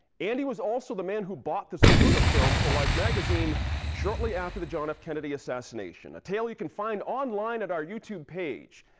and he was also the man who bought the zapruder film for life magazine shortly the john f. kennedy assassination a tale you can find online at our youtube page.